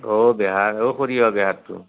অ' বেহাৰ অঁ সৰিয়হ বেহাৰটো